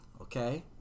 okay